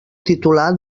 titular